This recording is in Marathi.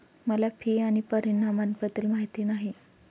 मला फी आणि परिणामाबद्दल माहिती नाही